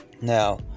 now